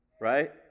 right